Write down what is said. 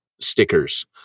stickers